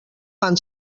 fan